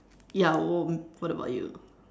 ya w~ what about you